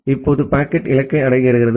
இப்போது பாக்கெட் இலக்கை அடைகிறது